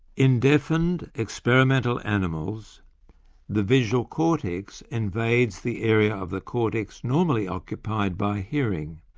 in deafened experimental animals the visual cortex invades the area of the cortex normally occupied by hearing.